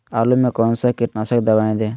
आलू में कौन सा कीटनाशक दवाएं दे?